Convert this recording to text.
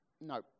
no